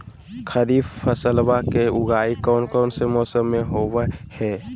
खरीफ फसलवा के उगाई कौन से मौसमा मे होवय है?